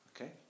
Okay